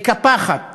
מקפחת